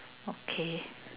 okay